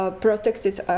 protected